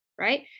right